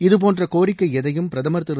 இதுபோன்ற கோரிக்கை எதையும் பிரதமர் திரு